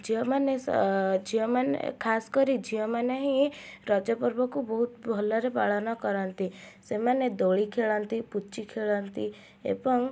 ଝିଅମାନେ ଝିଅମାନେ ଖାସ୍ କରି ଝିଅମାନେ ହିଁ ରଜପର୍ବକୁ ବହୁତ ଭଲରେ ପାଳନ କରନ୍ତି ସେମାନେ ଦୋଳି ଖେଳନ୍ତି ପୁଚି ଖେଳନ୍ତି ଏବଂ